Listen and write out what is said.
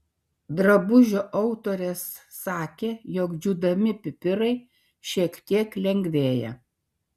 drabužio autorės sakė jog džiūdami pipirai šiek tiek lengvėja